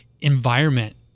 environment